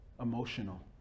emotional